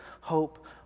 hope